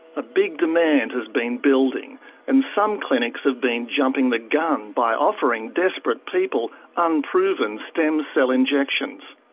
a big demand has been building and some clinics have been jumping the gun by offering desperate people unproven stem cell injections.